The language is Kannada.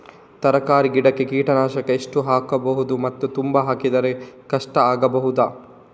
ತರಕಾರಿ ಗಿಡಕ್ಕೆ ಕೀಟನಾಶಕ ಎಷ್ಟು ಹಾಕ್ಬೋದು ಮತ್ತು ತುಂಬಾ ಹಾಕಿದ್ರೆ ಕಷ್ಟ ಆಗಬಹುದ?